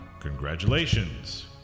Congratulations